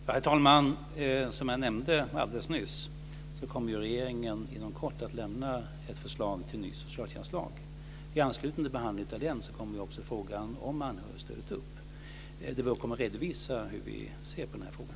Herr talman! Som jag nämnde alldeles nyss kommer regeringen inom kort att lämna ett förslag till en ny socialtjänstlag. I anslutning till behandlingen av den kommer också frågan om anhörigstödet upp. Vi kommer då att redovisa hur vi ser på den här frågan.